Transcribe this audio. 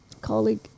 colleague